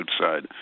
outside